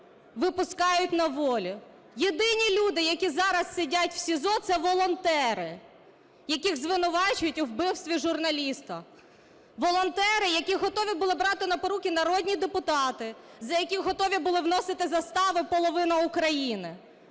випускають на волю. Єдині люди, які зараз сидять в СІЗО, - це волонтери, яких звинувачують у вбивстві журналіста. Волонтери, яких готові були брати на поруки народні депутати, за яких готові були вносити заставу половина України.